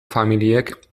familiek